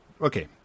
Okay